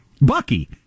Bucky